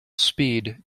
speed